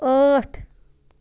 ٲٹھ